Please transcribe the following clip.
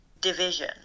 division